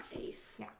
Ace